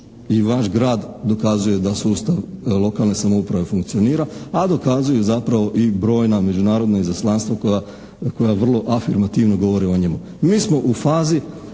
i vaš grad dokazuje da sustav lokalne samouprave funkcionira, a dokazuje zapravo i brojna međunarodna izaslanstva koja vrlo afirmativno govore o njemu. Mi smo u fazi